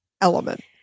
element